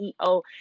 CEO